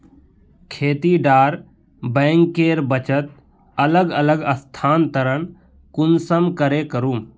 खेती डा बैंकेर बचत अलग अलग स्थानंतरण कुंसम करे करूम?